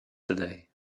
today